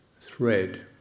thread